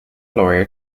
lawyer